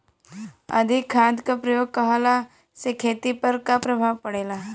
अधिक खाद क प्रयोग कहला से खेती पर का प्रभाव पड़ेला?